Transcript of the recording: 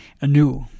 anew